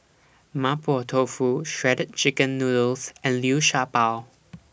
Mapo Tofu Shredded Chicken Noodles and Liu Sha Bao